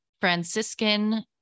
Franciscan